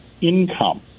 income